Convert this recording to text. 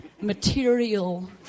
material